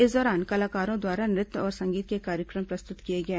इस दौरान कलाकारों द्वारा नृत्य और संगीत कार्यक्रम प्रस्तुत किए गए